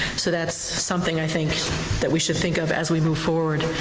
so that's something i think that we should think of as we move forward.